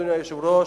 אדוני היושב-ראש,